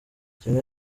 kimwe